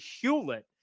hewlett